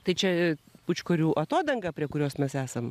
tai čia pučkorių atodangą prie kurios mes esam